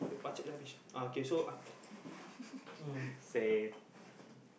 macam nak cakap dah habis uh okay so uh say